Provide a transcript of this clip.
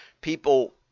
people